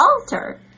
altar